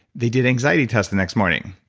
they did anxiety test the next morning.